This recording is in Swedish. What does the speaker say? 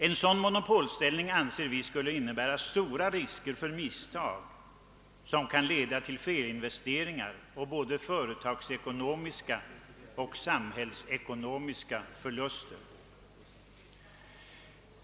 En sådan monopolställning anser vi skulle innebära stora risker för misstag, som kan leda till felinvesteringar och både företagsekonomiska och samhällsekonomiska förluster.